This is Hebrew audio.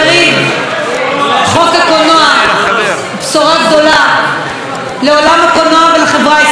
הכול על פי קריטריונים, הכול אחרי פיקוח.